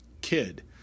kid